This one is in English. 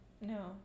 no